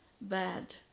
bad